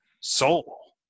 soul